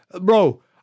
bro